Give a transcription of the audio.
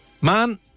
Man